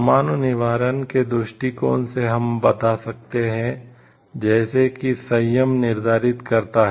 परमाणु निवारण के दृष्टिकोण से हम बता सकते हैं जैसे कि संयम निर्धारित करता है